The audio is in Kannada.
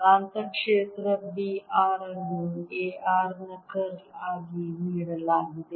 ಕಾಂತಕ್ಷೇತ್ರ B r ಅನ್ನು A r ನ ಕರ್ಲ್ ಆಗಿ ನೀಡಲಾಗಿದೆ